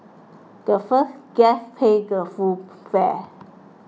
the first guest pays the full fare